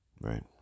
right